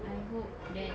I hope that